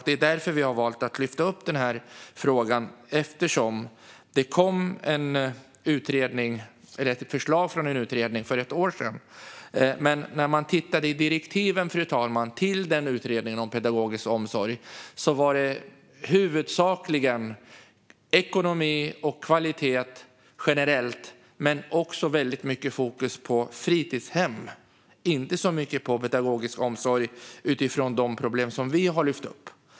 Det är därför vi har valt att lyfta upp frågan. Det kom nämligen ett förslag från en utredning för ett år sedan. Men när man tittar i direktiven till Utredningen om fritidshem och pedagogisk omsorg, fru talman, ser man att det huvudsakligen skulle handla om ekonomi och kvalitet generellt sett, men det fanns också ett stort fokus på fritidshem och inte så mycket på pedagogisk omsorg utifrån sådana problem som vi har lyft upp.